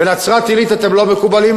בנצרת-עילית אתם לא מקובלים,